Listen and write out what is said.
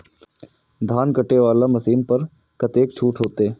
धान कटे वाला मशीन पर कतेक छूट होते?